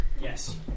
Yes